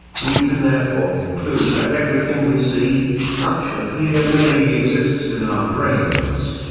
we can therefore conclude that everything we see, touch and hear merely exists in our brains.